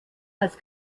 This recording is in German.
als